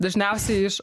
dažniausiai iš